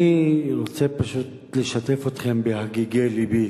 אני רוצה פשוט לשתף אתכם בהגיגי לבי,